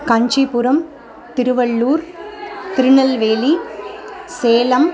काञ्चिपुरं तिरुवळ्ळूरः तृणल्वेलिः सेलम्